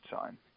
sign